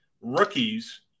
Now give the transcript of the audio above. rookies